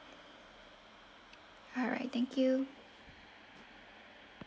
alright thank you